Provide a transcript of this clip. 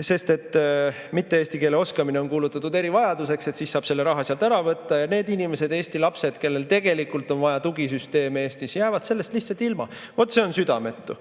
Sest mitte eesti keele oskamine on kuulutatud erivajaduseks, siis saab selle raha sealt ära võtta. Ja need inimesed, Eesti lapsed, kellel tegelikult on vaja tugisüsteeme Eestis, jäävad sellest lihtsalt ilma. Vot see on südametu.